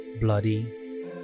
bloody